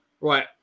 Right